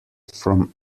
from